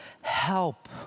help